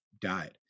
died